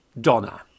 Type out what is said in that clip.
Donna